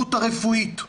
וההסתדרות הרפואית,